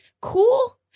cool